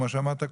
כמו שאמרת קודם,